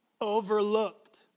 Overlooked